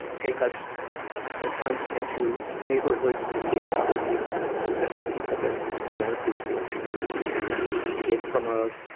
take us sometimes into neighborhoods to see how other people lived. people that weren't as fortunate, and we'd had a kid from, ah,